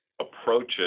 approaches